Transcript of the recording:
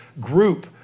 group